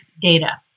data